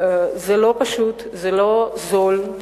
זה לא פשוט, זה לא זול,